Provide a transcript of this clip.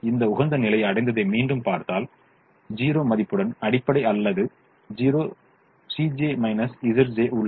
இந்த உகந்த நிலையை அடைந்ததை மீண்டும் பார்த்தால் ஆனால் 0 மதிப்புடன் அடிப்படை அல்லாத உள்ளது